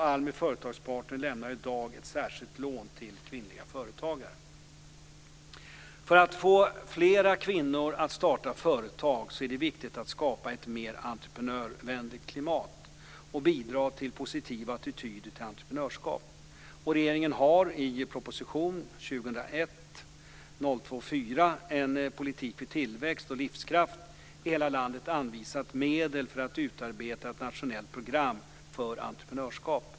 ALMI Företagspartner lämnar i dag ett särskilt lån till kvinnliga företagare. För att få flera kvinnor att starta företag är det viktigt att skapa ett mer entreprenörvänligt klimat och bidra till positiva attityder till entreprenörskap. Regeringen har i proposition 2001/02:04 En politik för tillväxt och livskraft i hela landet anvisat medel för att utarbeta ett nationellt program för entreprenörskap.